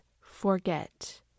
forget